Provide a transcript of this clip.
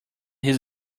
his